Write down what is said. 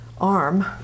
arm